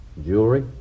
jewelry